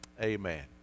Amen